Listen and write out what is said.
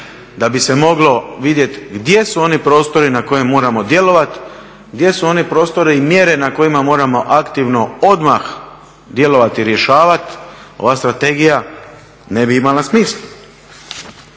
da bi se moglo vidjeti gdje su oni prostori na koje moramo djelovati, gdje su oni prostori i mjere na kojima moramo aktivno odmah djelovati i rješavati ova strategija ne bi imala smisla.